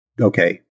okay